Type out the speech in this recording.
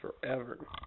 Forever